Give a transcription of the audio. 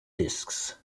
disks